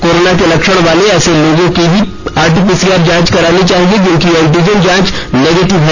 corona के लक्षण वाले ऐसे लोगों की ही आरटी पीसीआर जांच करानी चाहिए जिनकी एंटीजन जांच नेगेटिव है